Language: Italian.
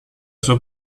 sua